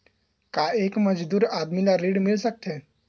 का एक मजदूर आदमी ल ऋण मिल सकथे?